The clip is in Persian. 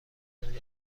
زمینی